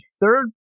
third